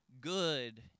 good